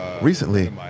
Recently